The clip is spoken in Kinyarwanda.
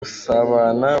gusabana